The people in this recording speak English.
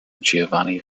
giovanni